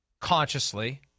consciously